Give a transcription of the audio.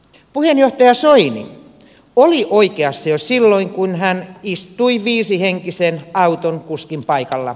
puheenjohtaja soini oli oikeassa jo silloin kun hän istui viisihenkisen auton kuskin paikalla